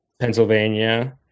Pennsylvania